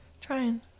trying